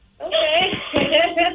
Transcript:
Okay